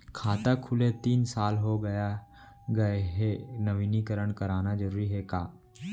खाता खुले तीन साल हो गया गये हे नवीनीकरण कराना जरूरी हे का?